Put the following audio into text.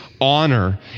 honor